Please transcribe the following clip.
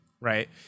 right